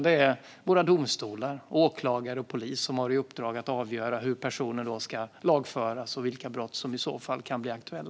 Det är våra domstolar, åklagare och polis som har i uppdrag att avgöra hur personer ska lagföras och vilka brott som i så fall kan bli aktuella.